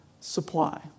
supply